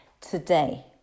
today